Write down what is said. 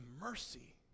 mercy